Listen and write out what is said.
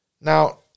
now